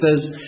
says